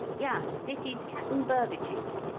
yuss this is cap'n burbage's.